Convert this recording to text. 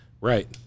Right